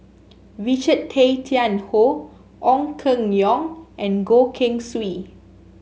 Richard Tay Tian Hoe Ong Keng Yong and Goh Keng Swee